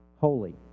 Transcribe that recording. holy